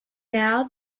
now